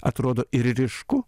atrodo ir ryšku